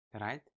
right